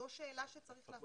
זאת שאלה שצריך להפנות לאוצר.